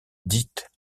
dites